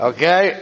Okay